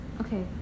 Okay